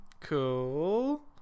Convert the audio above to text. Cool